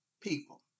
people